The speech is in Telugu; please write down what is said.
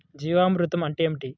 జీవామృతం అంటే ఏమిటి?